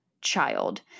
child